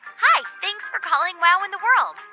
hi. thanks for calling wow in the world.